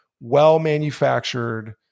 well-manufactured